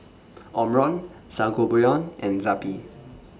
Omron Sangobion and Zappy